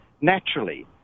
naturally